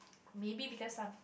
maybe because some